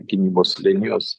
gynybos linijos